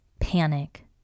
panic